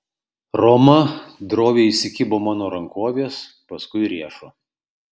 roma droviai įsikibo mano rankovės paskui riešo